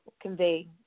convey